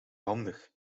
handig